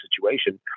situation